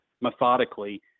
methodically